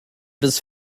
bis